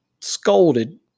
scolded